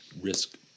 risk